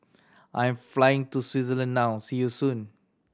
I'm flying to Switzerland now see you soon